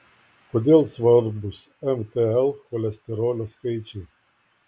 kodėl svarbūs mtl cholesterolio skaičiai